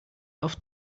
auf